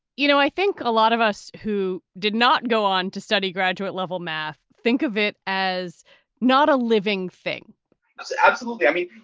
you know, i think a lot of us who did not go on to study graduate level math think of it as not a living thing absolutely. i mean,